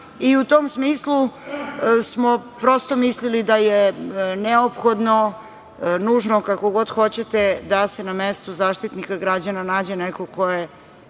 U tom smislu smo prosto mislili da je neophodno, nužno, kako god hoćete, da se na mestu Zaštitnika građana nađe neko ko je